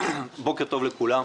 בוקר טוב לכולם,